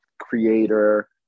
creator